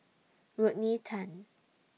Rodney Tan